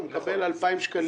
הוא מקבל 2,000 שקלים.